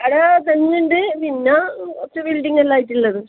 അവിടെ തെങ്ങുണ്ട് പിന്നെ കുറച്ച് ബിൽഡിങ്ങെല്ലാം ആയിട്ടുള്ളത്